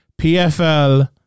PFL